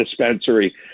dispensary